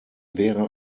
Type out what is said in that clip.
wäre